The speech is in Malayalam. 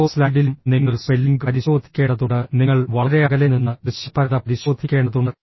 ഓരോ സ്ലൈഡിലും നിങ്ങൾ സ്പെല്ലിംഗ് പരിശോധിക്കേണ്ടതുണ്ട് നിങ്ങൾ വളരെ അകലെ നിന്ന് ദൃശ്യപരത പരിശോധിക്കേണ്ടതുണ്ട്